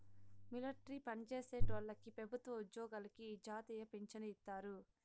military పన్జేసేటోల్లకి పెబుత్వ ఉజ్జోగులకి ఈ జాతీయ పించను ఇత్తారు